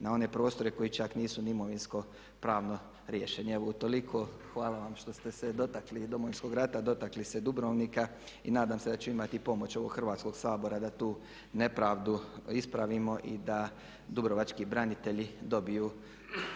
na one prostore koji čak nisu ni imovinsko pravno riješeni. Evo utoliko, hvala vam što ste se dotakli Domovinskog rata, dotakli se Dubrovnika. I nadam se da ću imati i pomoć ovog Hrvatskoga sabora da tu nepravdu ispravimo i da dubrovački branitelji dobiju